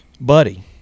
buddy